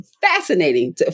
fascinating